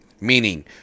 meaning